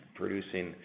producing